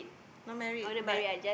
not married but